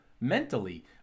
mentally